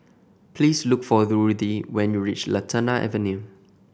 please look for Ruthie when you reach Lantana Avenue